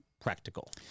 practical